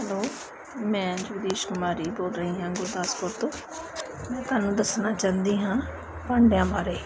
hello ਮੈਂ ਜਗਦੀਸ਼ ਕੁਮਾਰੀ ਬੋਲ ਰਹੀ ਹਾਂ ਗੁਰਦਾਸਪੁਰ ਤੋਂ ਮੈਂ ਤੁਹਾਨੂੰ ਦੱਸਣਾ ਚਾਹੁੰਦੀ ਹਾਂ ਭਾਂਡਿਆਂ ਬਾਰੇ